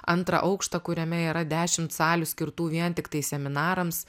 antrą aukštą kuriame yra dešimt salių skirtų vien tiktai seminarams